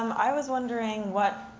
i was wondering what